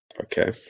Okay